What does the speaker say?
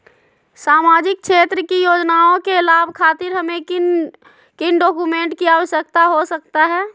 सामाजिक क्षेत्र की योजनाओं के लाभ खातिर हमें किन किन डॉक्यूमेंट की आवश्यकता हो सकता है?